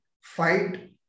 fight